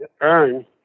Earn